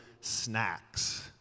snacks